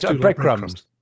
Breadcrumbs